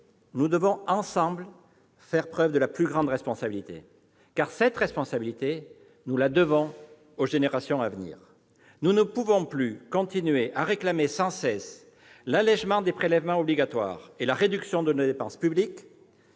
nous faut, ensemble, faire preuve de la plus grande responsabilité ; nous le devons aux générations à venir. Nous ne pouvons plus continuer à réclamer sans cesse l'allégement des prélèvements obligatoires et la réduction de la dépense publique